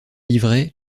livrets